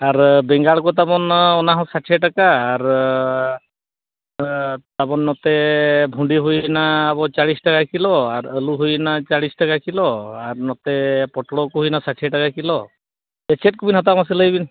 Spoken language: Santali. ᱟᱨ ᱵᱮᱸᱜᱟᱲ ᱠᱚ ᱛᱟᱵᱚᱱ ᱚᱱᱟ ᱦᱚᱸ ᱥᱟᱛ ᱪᱷᱚᱭ ᱴᱟᱠᱟ ᱟᱨ ᱛᱟᱵᱚᱱ ᱱᱚᱛᱮ ᱵᱷᱩᱰᱤᱦᱩᱭᱱᱟ ᱟᱵᱚ ᱪᱚᱞᱞᱤᱥ ᱴᱟᱠᱟ ᱠᱤᱞᱳ ᱟᱨ ᱟᱹᱞᱩ ᱦᱩᱭᱱᱟ ᱪᱚᱞᱞᱤᱥ ᱴᱟᱠᱟ ᱠᱤᱞᱳ ᱟᱨ ᱱᱚᱛᱮ ᱯᱚᱴᱞᱚ ᱠᱚ ᱦᱩᱭᱱᱟ ᱥᱟᱛ ᱪᱷᱚᱭ ᱴᱟᱠᱟ ᱠᱤᱞᱳ ᱪᱮᱫ ᱠᱚᱵᱤᱱ ᱦᱟᱛᱟᱣᱟ ᱢᱟᱥᱮ ᱞᱟᱹᱭ ᱵᱤᱱ